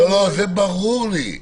זה ברור לי.